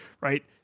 right